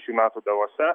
šių metų davose